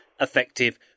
effective